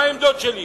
מה העמדות שלי.